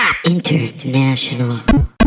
INTERNATIONAL